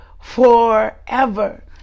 forever